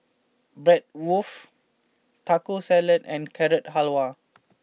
Bratwurst Taco Salad and Carrot Halwa